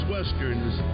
Westerns